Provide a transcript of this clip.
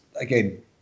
again